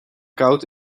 koud